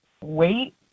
wait